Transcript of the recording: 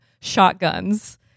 shotguns